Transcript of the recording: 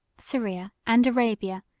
syria, and arabia,